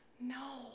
no